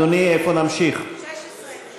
אנחנו